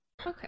okay